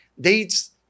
dates